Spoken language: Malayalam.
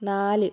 നാല്